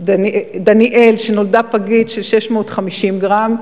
דניאל, שנולדה פגה במשקל 650 גרם,